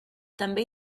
també